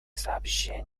сообщение